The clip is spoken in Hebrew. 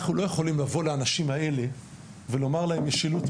אנחנו לא יכולים לבוא לאנשים האלה ולומר להם משילות,